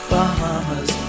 Bahamas